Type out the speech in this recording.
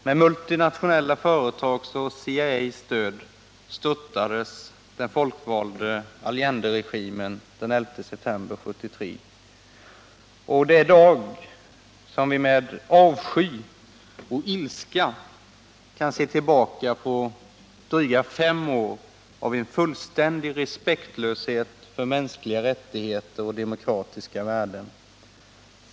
Med multinationella företags och CIA:s stöd störtades den folkvalda Allenderegimen den 11 september 1973. Med avsky och ilska kan vi i dag se tillbaka på dryga fem år av fullständig respektlöshet för mänskliga rättigheter och demokratiska värden.